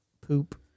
Poop